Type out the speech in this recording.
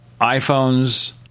iPhones